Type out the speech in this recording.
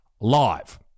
live